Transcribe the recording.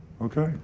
Okay